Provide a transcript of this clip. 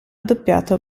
doppiato